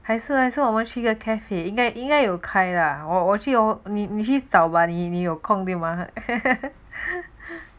还是来说我们去 cafe 应该应该有开 lah 呢你去找你有空吗